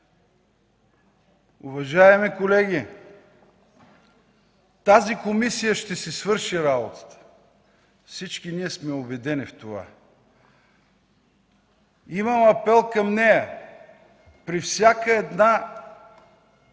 Уважаеми колеги, тази комисия ще си свърши работата. Всички ние сме убедени в това. Имам апел към нея. При всяка една дейност,